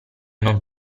non